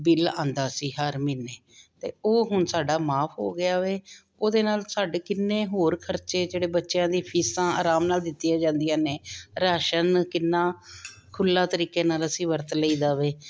bill ਆਉਂਦਾ ਸੀ ਹਰ ਮਹੀਨੇ ਅਤੇ ਉਹ ਹੁਣ ਸਾਡਾ ਮਾਫ ਹੋ ਗਿਆ ਵੇ ਉਹਦੇ ਨਾਲ ਸਾਡੇ ਕਿੰਨੇ ਹੋਰ ਖਰਚੇ ਜਿਹੜੇ ਬੱਚਿਆਂ ਦੀ ਫੀਸਾਂ ਆਰਾਮ ਨਾਲ ਦਿੱਤੀਆਂ ਜਾਂਦੀਆਂ ਨੇ ਰਾਸ਼ਨ ਕਿੰਨਾ ਖੁੱਲਾ ਤਰੀਕੇ ਨਾਲ ਅਸੀਂ ਵਰਤ ਲਈਦਾ ਵੇ